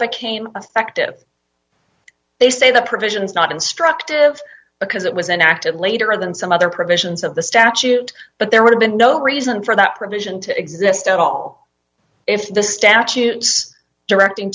became effective they say the provision is not instructive because it was enacted later than some other provisions of the statute but there would have been no reason for that provision to exist at all if the statutes directing